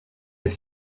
est